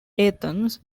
athens